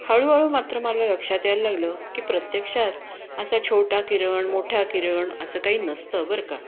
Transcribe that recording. हळूहळू मात्र मला लक्षात यायला लागलं की प्रत्यक्षात असा छोटा किरण मोठा किरण असं काही नसतं बरं का